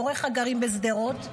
הוריך גרים בשדרות,